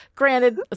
Granted